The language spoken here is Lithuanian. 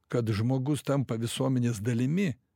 kad žmogus tampa visuomenės dalimi